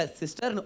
sister